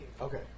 Okay